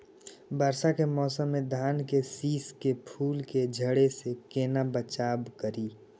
वर्षा के मौसम में धान के शिश के फुल के झड़े से केना बचाव करी?